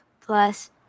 plus